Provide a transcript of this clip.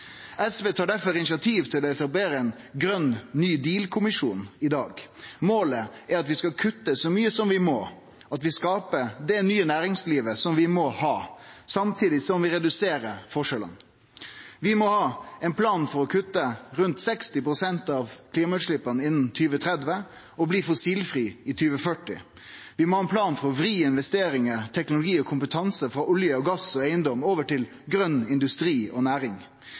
SV tar difor initiativ til å etablere ein grøn ny deal-kommisjon i dag. Målet er at vi skal kutte så mykje som vi må, at vi skaper det nye næringslivet som vi må ha, samtidig som vi reduserer forskjellane. Vi må ha ein plan for å kutte rundt 60 pst. av klimautsleppa innan 2030 og bli fossilfrie i 2040. Vi må ha ein plan for å vri investeringar, teknologi og kompetanse frå olje, gass og eigedom over til grøn industri og næring.